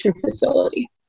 facility